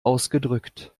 ausgedrückt